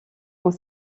ont